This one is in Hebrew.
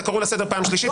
אתה נקרא לסדר פעם שלישית,